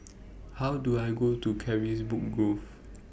How Do I Go to Carisbrooke Grove